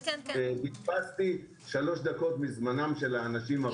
בזבזתי שלוש דקות מזמנם של האנשים.